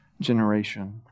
generation